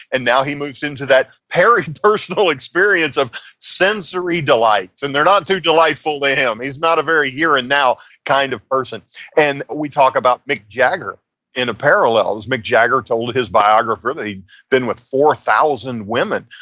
and now he moves into that peripersonal experience of sensory delights. and they're not too delightful to him. he's not a very here and now kind of person and we talk about mick jagger in a parallel. mick jagger told his biographer that he'd been with four thousand women,